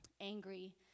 angry